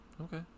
Okay